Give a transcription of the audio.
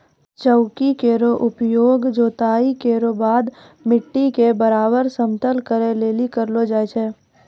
चौकी केरो उपयोग जोताई केरो बाद मिट्टी क बराबर समतल करै लेलि करलो जाय छै